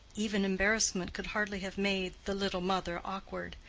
even embarrassment could hardly have made the little mother awkward,